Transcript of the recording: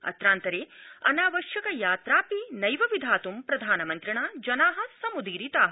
अत्रान्तरञिनावश्यक यात्रापि नैव विधातुं प्रधानमन्त्रिणा जना समुदीरिता